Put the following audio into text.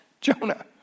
Jonah